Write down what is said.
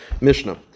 Mishnah